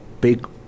big